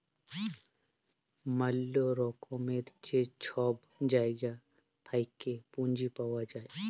ম্যালা রকমের যে ছব জায়গা থ্যাইকে পুঁজি পাউয়া যায়